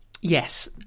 Yes